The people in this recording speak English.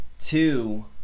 two